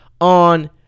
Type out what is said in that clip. on